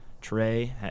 Trey